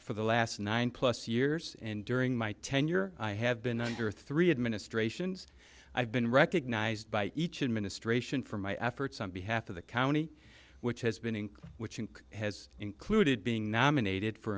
for the last nine plus years and during my tenure i have been under three administrations i've been recognized by each and ministration for my efforts on behalf of the county which has been in which it has included being nominated for